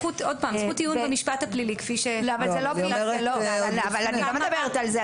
זכות עיון במשפט הפלילי כפי --- אני לא מדברת על זה,